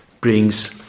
brings